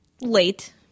late